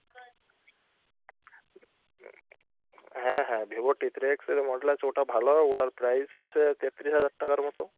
হ্যাঁ হ্যাঁ Vivo T three X যেটা মডেল আছে ওটা ভালো ওটার প্রাইস আছে তেত্রিশ হাজার টাকার মতো